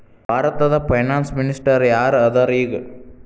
ಭಾರತದ finance minister ಯಾರ್ ಅದರ ಈಗ?